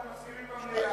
אנחנו מסכימים לדיון במליאה.